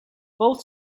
both